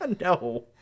No